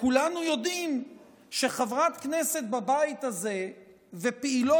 כולנו יודעים שחברת כנסת בבית הזה ופעילות